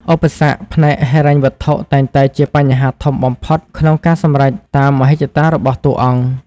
ឧបសគ្គ ផ្នែកហិរញ្ញវត្ថុតែងតែជាបញ្ហាធំបំផុតក្នុងការសម្រេចតាមមហិច្ឆតារបស់តួអង្គ។